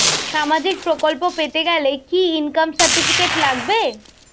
সামাজীক প্রকল্প পেতে গেলে কি ইনকাম সার্টিফিকেট লাগবে?